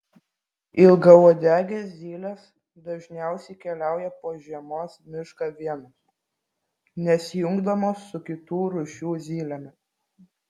ilgauodegės zylės dažniausiai keliauja po žiemos mišką vienos nesijungdamos su kitų rūšių zylėmis